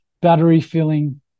battery-filling